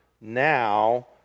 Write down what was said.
now